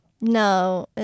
No